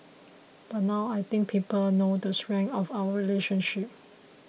but now I think people know the strength of our relationship